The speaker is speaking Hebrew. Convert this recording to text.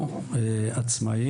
עשינו,